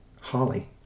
Holly